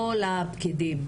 לא לפקידים,